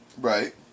Right